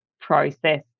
process